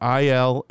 il